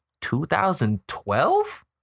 2012